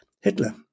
Hitler